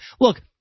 look